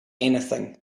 anything